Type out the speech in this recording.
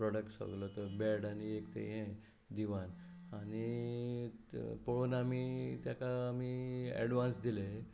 product सगलो तो bed आनी एक तें हें दिवान आनी त पळोवन आमी तेका आमी एडवांस दिले